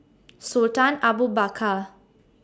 Sultan Abu Bakar